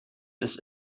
bis